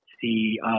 see